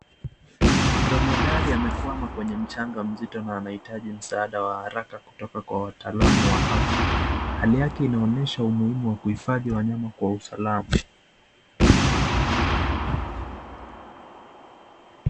Dromedari amekwama kwenye mchanga mzito na inahitaji msaada wa haraka kutoka waatalamu wa afya, hali yake unaonyesha umuhimu wa kuhifadhi wanyama kwa usalama.